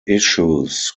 issues